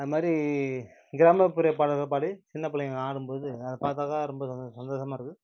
அது மாதிரி கிராமப்புற பாடல்கள் பாடி சின்ன பிள்ளைங்க ஆடும்போது அதை பார்த்தாதான் ரொம்ப சந்தோஷம் சந்தோஷமாக இருக்குது